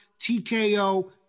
TKO